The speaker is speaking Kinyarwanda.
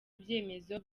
ibyemezo